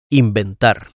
inventar